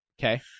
Okay